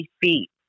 feet